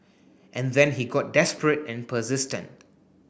and then he got desperate and persistent